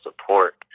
support